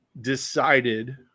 decided